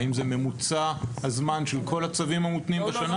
האם זה ממוצע הזמן של כל הצווים המותנים בשנה?